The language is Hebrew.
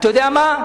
אתה יודע מה,